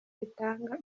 bitanga